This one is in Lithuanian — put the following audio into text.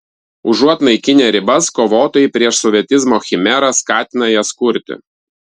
užuot naikinę ribas kovotojai prieš sovietizmo chimerą skatina jas kurti